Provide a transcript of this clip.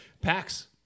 PAX